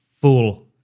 full